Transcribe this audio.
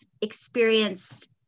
experienced